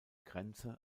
grenze